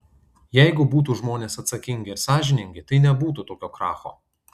jeigu būtų žmonės atsakingi ir sąžiningi tai nebūtų tokio kracho